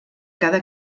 cada